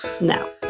No